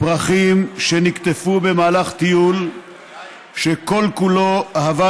פרחים שנקטפו במהלך טיול שכל-כולו אהבת